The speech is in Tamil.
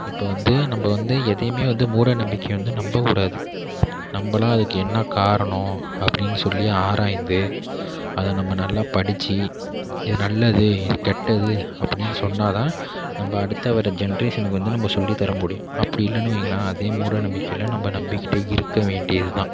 இப்போ வந்து நம்ம வந்து எதையுமே வந்து மூடநம்பிக்கையை வந்து நம்பக்கூடாது நம்பினா அதுக்கு என்ன காரணம் அப்படினு சொல்லி ஆராய்ந்து அதை நம்ப நல்லா படிச்சு இது நல்லது இது கெட்டது அப்படினு சொன்னால்தான் நம்ப அடுத்து வர ஜென்ரேஷன் வந்து சொல்லித்தர முடியும் அப்படி இல்லைனு வையுங்களேன் அதே மூடநம்பிக்கையில் நம்ப நம்பிகிட்டே இருக்க வேண்டியதுதான்